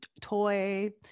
toy